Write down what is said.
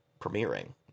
Premiering